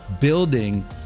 building